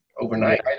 Overnight